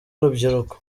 urubyiruko